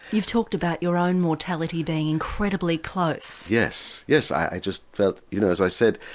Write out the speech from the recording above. you've talked about your own mortality being incredibly close. yes, yes i just felt, you know as i said,